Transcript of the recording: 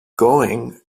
going